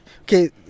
okay